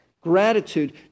Gratitude